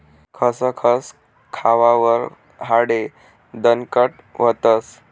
खसखस खावावर हाडे दणकट व्हतस